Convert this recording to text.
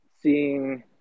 seeing